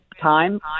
time